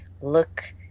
look